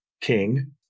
King